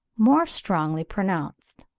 more strongly pronounced.